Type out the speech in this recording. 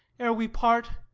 ere we part!